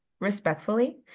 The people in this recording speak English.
Respectfully